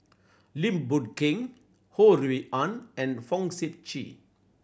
Lim Boon Keng Ho Rui An and Fong Sip Chee